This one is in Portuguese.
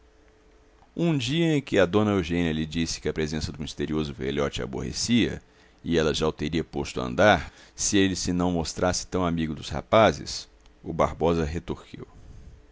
um dia em que dona eugênia lhe disse que a presença do misterioso velhote a aborrecia e ela já o teria posto a andar se ele se não mostrasse tão amigo dos rapazes o barbosa retorquiu